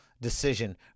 decision